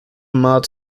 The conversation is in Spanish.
maud